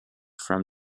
from